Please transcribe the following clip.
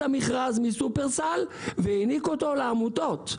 המכרז משופרסל והעניק אותו לעמותות.